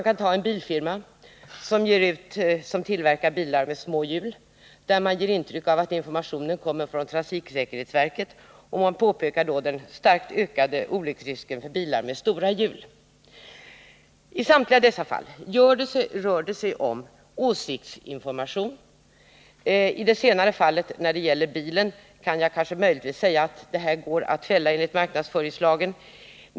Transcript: En bilfirma, som tillverkar bilar med små hjul, ger intryck av att informationen kommer från trafiksäkerhetsverket, och man pekar på den starkt ökade olycksrisken för bilar med stora hjul. I samtliga dessa fall rör det sig om åsiktsinformation. När det gäller bilen kan jag möjligen säga att reklamen går att fälla enligt marknadsföringslagen.